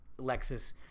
Lexus